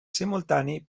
simultani